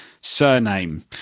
surname